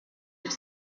have